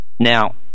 Now